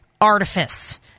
Artifice